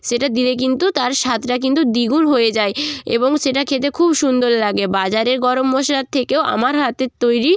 সেটা দিলে কিন্তু তার স্বাদটা কিন্তু দ্বিগুণ হয়ে যায় এবং সেটা খেতে খুব সুন্দর লাগে বাজারের গরম মশলার থেকেও আমার হাতের তৈরি